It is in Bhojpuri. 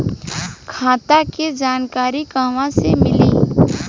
खाता के जानकारी कहवा से मिली?